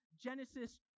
Genesis